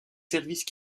services